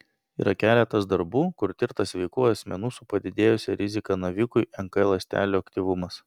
yra keletas darbų kur tirtas sveikų asmenų su padidėjusia rizika navikui nk ląstelių aktyvumas